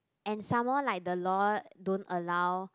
and some more like the law don't allow